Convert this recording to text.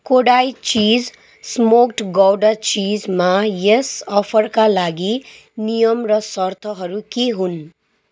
Kodai cheese smoked gouda चिजमा यस अफरका लागि नियम र सर्तहरू के हुन्